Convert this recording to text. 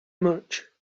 much